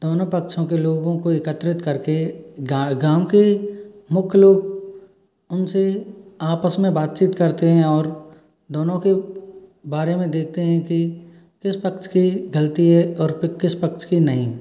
दोनों पक्षों के लोगों को एकत्रित करके गाँव के मुख्य लोग उनसे आपस में बातचीत करते हैं और दोनों के बारे में देखते हैं कि किस पक्ष की गलती है और किस पक्ष की नहीं